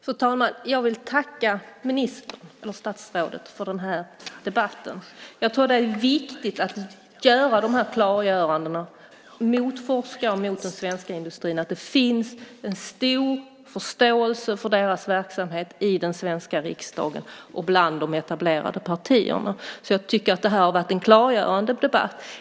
Fru talman! Jag vill tacka ministern för den här debatten. Jag tror att det är viktigt att klargöra för forskare och den svenska industrin att det finns en stor förståelse för deras verksamhet i den svenska riksdagen och bland de etablerade partierna. Jag tycker att det här har varit en klargörande debatt.